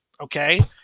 okay